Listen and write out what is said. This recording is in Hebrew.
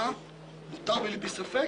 שאסור לה להתקיים,